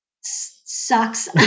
Sucks